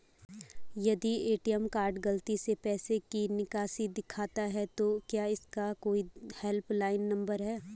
यदि ATM card गलती से पैसे की निकासी दिखाता है तो क्या इसका कोई हेल्प लाइन नम्बर है?